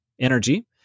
energy